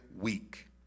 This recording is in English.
week